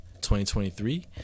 2023